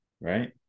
Right